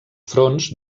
fronts